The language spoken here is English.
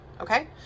Okay